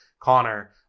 Connor